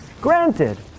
Granted